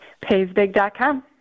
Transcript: Paysbig.com